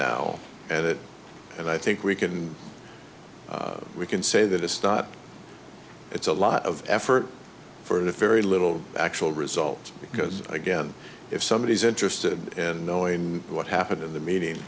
now and it and i think we can we can say that it's not it's a lot of effort for the very little actual result because again if somebody is interested in knowing what happened in the meeting